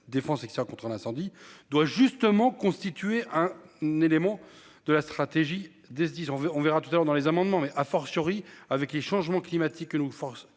défense et qui soit contre un incendie doit justement constitué un n'élément de la stratégie des disent on veut on verra tout à l'heure dans les amendements mais a fortiori avec les changements climatiques nos forces